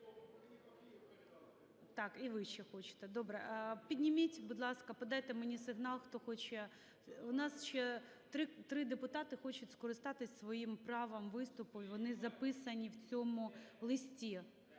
Так і ви ще хочете, добре. Підніміть, будь ласка, подайте мені сигнал, хто хоче. У нас ще три депутати хочуть скористатися своїм правом виступу і вони записані в цьому листі.